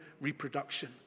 reproduction